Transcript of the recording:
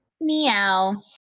Meow